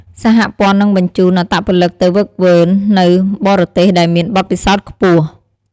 សហព័ន្ធនឹងបញ្ជូនអត្តពលិកទៅហ្វឹកហ្វឺននៅបរទេសដែលមានបទពិសោធន៍ខ្ពស់។